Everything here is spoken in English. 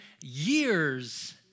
years